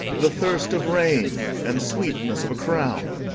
the thirst of reign and sweetness of a crown,